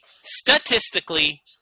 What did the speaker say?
statistically